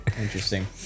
Interesting